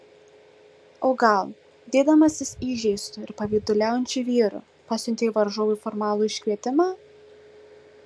o gal dėdamasis įžeistu ir pavyduliaujančiu vyru pasiuntė varžovui formalų iškvietimą